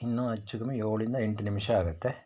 ಇನ್ನೂ ಹೆಚ್ಚು ಕಮ್ಮಿ ಏಳಿಂದ ಎಂಟು ನಿಮಿಷ ಆಗತ್ತೆ